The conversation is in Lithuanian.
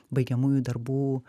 baigiamųjų darbų